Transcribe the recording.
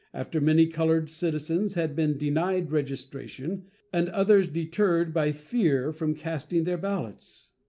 after many colored citizens had been denied registration and others deterred by fear from casting their ballots.